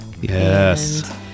Yes